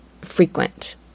frequent